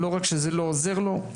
לא רק שזה לא עוזר לו,